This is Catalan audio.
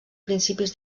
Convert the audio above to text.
principis